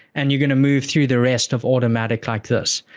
and you're going to move through the rest of automatic like this.